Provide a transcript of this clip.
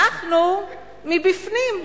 אנחנו מבפנים,